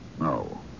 No